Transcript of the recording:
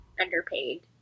underpaid